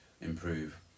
improve